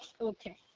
Okay